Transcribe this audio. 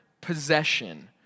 possession